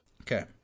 Okay